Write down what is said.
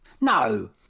no